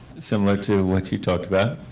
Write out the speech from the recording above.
similar to what you talked about,